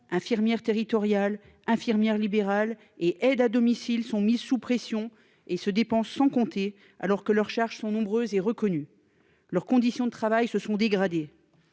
infirmière territoriale infirmières libérales et aide à domicile sont mises sous pression et se dépensent sans compter alors que leurs charges sont nombreuses et reconnues leurs conditions de travail se sont dégradées.